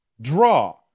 draw